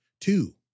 two